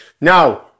Now